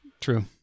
True